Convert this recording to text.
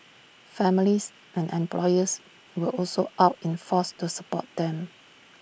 families and employers were also out in force to support them